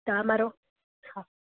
તો આ મારો હા